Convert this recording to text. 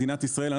מדינת ישראל.